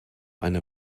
eine